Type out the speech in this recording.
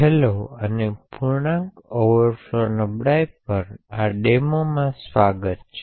hello અને પૂર્ણાંક overflow નબળાઈઓ પર આ ડેમોમાં સ્વાગત છે